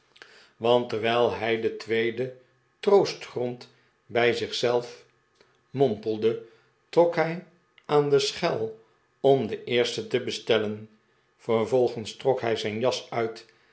aan terwijl hij den tweeden troostgrond bij zich zelf mompelde trok hij aan de schel om den eersten te bestellen vervolgens trok hij zijn jas uit